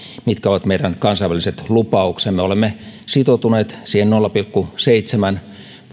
mitkä ovat meidän kansainväliset lupauksemme olemme sitoutuneet siihen nolla pilkku seitsemän